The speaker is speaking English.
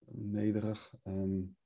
Nederig